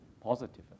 positive